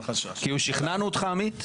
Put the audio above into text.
כאילו, שכנענו אותך עמית?